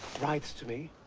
write to me.